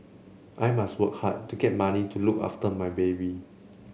I must work hard to get money to look after my baby